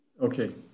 Okay